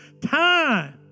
time